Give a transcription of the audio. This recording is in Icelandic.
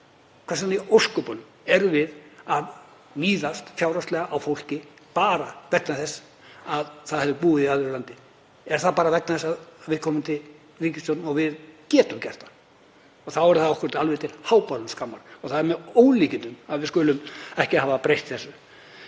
Hvers vegna í ósköpunum erum við að níðast fjárhagslega á fólki bara vegna þess að það hefur búið í öðru landi? Er það bara vegna þess að viðkomandi ríkisstjórn og við getum gert það? Og þá er það okkur alveg til háborinnar skammar og með ólíkindum að við skulum ekki hafa breytt þessu.